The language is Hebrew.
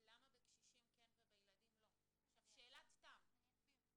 רשאים להסתכל ולעשות בהם כראות עיניהם.